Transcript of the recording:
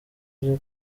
yavuze